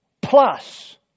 plus